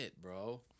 bro